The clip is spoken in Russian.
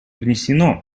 внесено